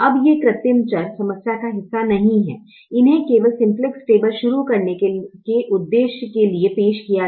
अब ये कृत्रिम चर समस्या का हिस्सा नहीं हैं इन्हें केवल सिम्प्लेक्स टेबल शुरू करने के उद्देश्य के लिए पेश किया जाता है